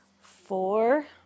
four